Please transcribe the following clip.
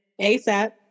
ASAP